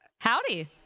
Howdy